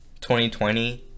2020